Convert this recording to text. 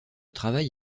travail